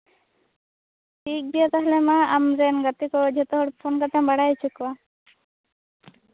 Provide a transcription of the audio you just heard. ᱴᱷᱤᱠ ᱜᱮᱭᱟ ᱢᱟ ᱟᱢᱨᱮᱱ ᱜᱟᱛᱮᱠᱚ ᱯᱷᱳᱱ ᱠᱟᱛᱮᱢ ᱵᱟᱲᱟᱭ ᱦᱚᱪᱚ ᱠᱚᱣᱟ